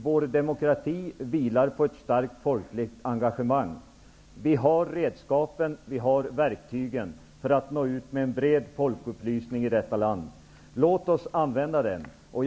Vår demokrati vilar på ett starkt folkligt engagemang. Vi har redskapen och verktygen för att nå ut med en bred folkupplysning i detta land. Låt oss använda oss av dem.